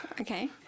Okay